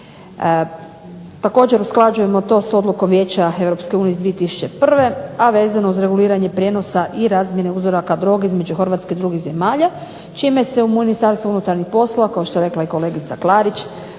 Također, usklađujemo to s Odlukom Vijeća EU iz 2001., a vezano uz reguliranje prijenosa i razmjene uzoraka droge između Hrvatske i drugih zemalja čime se u Ministarstvu unutarnjih poslova, kao što je rekla i kolegica Klarić,